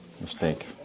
mistake